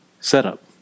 setup